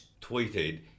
tweeted